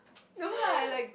no lah like